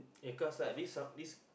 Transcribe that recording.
ya cause like this some this